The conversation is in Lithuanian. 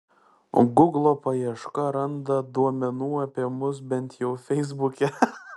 guglo paieška randa duomenų apie mus bent jau feisbuke